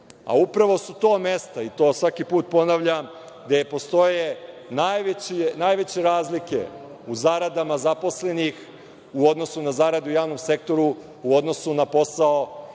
servis. Upravo su to mesta i to svaki put ponavljam, gde postoje najveće razliku u zarade zaposlenih u odnosu na zarade u javnom sektoru u odnosu na posao